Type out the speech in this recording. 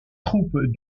troupes